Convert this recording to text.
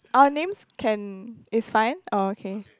our names can is fine okay